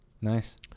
nice